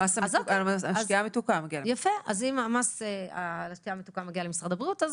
אם המס על השתייה המתוקה מגיע למשרד הבריאות אז